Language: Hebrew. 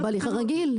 או בהליך הרגיל.